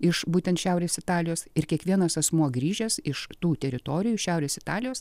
iš būtent šiaurės italijos ir kiekvienas asmuo grįžęs iš tų teritorijų šiaurės italijos